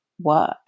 work